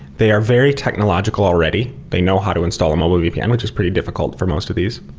they are very technological already. they know how to install a mobile vpn, which is pretty difficult for most of these,